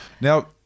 Now –